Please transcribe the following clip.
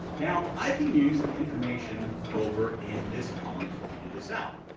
now i can use the information over in this column to figure this out.